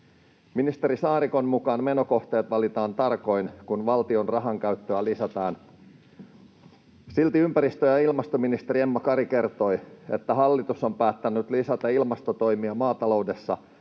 Ministeri Saarikon mukaan menokohteet valitaan tarkoin, kun valtion rahankäyttöä lisätään. Silti ympäristö- ja ilmastoministeri Emma Kari kertoi, että hallitus on päättänyt lisätä ilmastotoimia maataloudessa